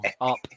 up